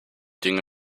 dinge